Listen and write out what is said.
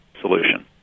solution